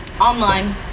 online